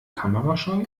kamerascheu